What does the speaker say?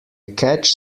catch